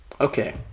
okay